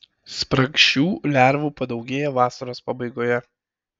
spragšių lervų padaugėja vasaros pabaigoje